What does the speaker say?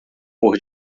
por